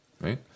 right